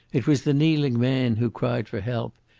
it was the kneeling man who cried for help,